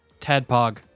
Tadpog